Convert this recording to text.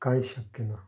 कांय शक्य ना